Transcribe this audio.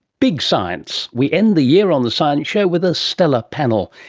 big science. we end the year on the science show with a stellar panel,